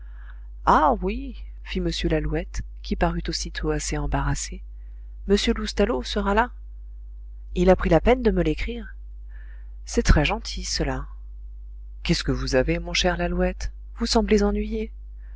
ah oui fit m lalouette qui parut aussitôt assez embarrassé m loustalot sera là il a pris la peine de me l'écrire c'est très gentil cela qu'est-ce que vous avez mon cher lalouette vous semblez ennuyé